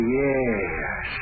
yes